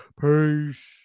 Peace